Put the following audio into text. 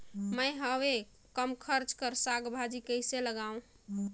मैं हवे कम खर्च कर साग भाजी कइसे लगाव?